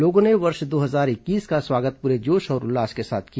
लोगों ने वर्ष दो हजार इक्कीस का स्वागत पूरे जोश और उल्लास के साथ किया